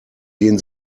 den